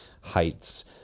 heights